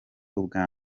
ubwa